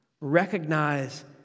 recognize